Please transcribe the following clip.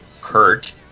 Kurt